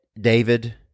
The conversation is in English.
David